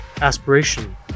aspiration